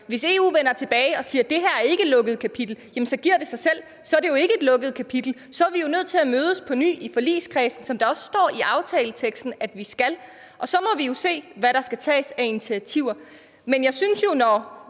Hvis EU vender tilbage og siger, at det her ikke er et lukket kapitel, så giver det sig selv. Så er det jo ikke et lukket kapitel; så er vi jo nødt til at mødes på ny i forligskredsen, som der også står i aftaleteksten at vi skal. Og så må vi jo se, hvad der skal tages af initiativer. Men jeg synes jo, at